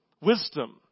Wisdom